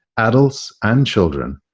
adults and children,